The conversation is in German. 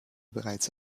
bereits